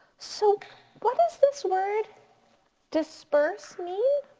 so what does this word disperse mean?